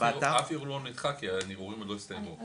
אף ערעור לא נדחה כי הערעורים עוד לא הסתיימו.